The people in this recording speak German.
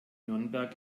nürnberg